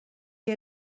que